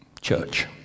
church